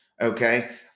Okay